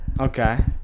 Okay